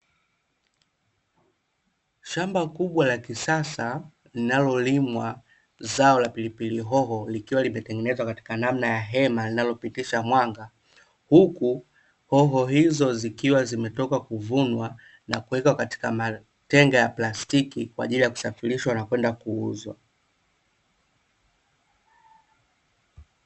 Shamba kubwa la kisasa, linalolimwa zao la pilipili hoho, likiwa limetengenezwa katika namna ya hema linalopitisha mwanga. Huku hoho hizo zikiwa zimetoka kuvunwa na kuwekwa katika matenga ya plastiki kwa ajili ya kusafirishwa na kwenda kuuzwa.